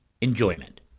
enjoyment